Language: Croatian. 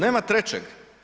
Nema trećeg.